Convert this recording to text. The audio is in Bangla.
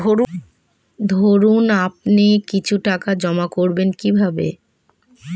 ধরুন আপনি কিছু টাকা জমা করবেন কিভাবে?